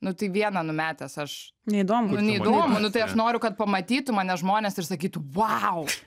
nu tai vieną numetęs aš neįdomu nu neįdomu nu tai aš noriu kad pamatytų mane žmonės ir sakytų vau